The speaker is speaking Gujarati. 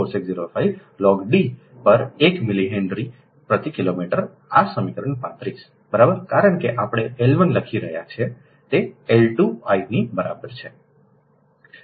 4605 લોગ D પર 1 મિલી હેનરી પ્રતિ કિલોમીટર આ સમીકરણ 35 બરાબર કારણ કે આપણે L 1 લખી રહ્યા છીએ તે L 2 l ની બરાબર છે